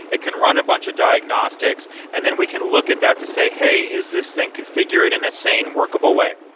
it can run a bunch of diagnostics and then we can look at that to say, hey, is this thing configured in a sane, workable way?